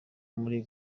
muri